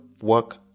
work